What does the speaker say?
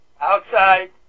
Outside